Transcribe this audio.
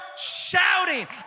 shouting